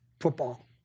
football